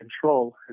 control